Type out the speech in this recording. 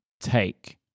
take